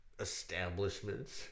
Establishments